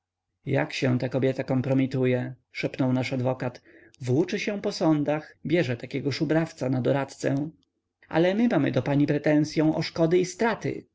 jak się ta kobieta kompromituje szepnął nasz adwokat włóczy się po sądach bierze takiego szubrawca na doradcę ale my mamy do pani pretensyą o szkody i straty